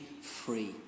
free